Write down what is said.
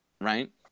right